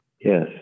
Yes